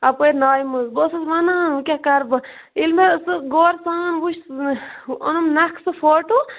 اَپٲر نایہِ مَنٛز بہٕ ٲسٕس ونان وۄنۍ کیاہ کَرٕ بہٕ ییٚلہِ مےٚ سُہ غور سان وچھ سُہ اوٚنُم نَکھٕ سُہ فوٹو